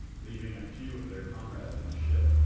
leaving a few of their comrades in the ship.